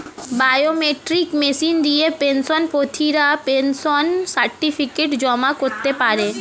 biometric machine দিয়ে pension প্রার্থীরা pension certificate জমা করতে পারে